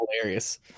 hilarious